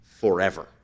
forever